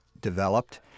developed